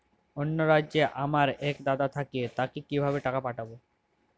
অন্য রাজ্যে আমার এক দাদা থাকে তাকে কিভাবে টাকা পাঠাবো?